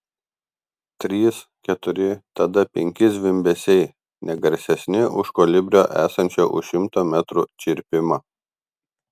trys keturi tada penki zvimbesiai ne garsesni už kolibrio esančio už šimto metrų čirpimą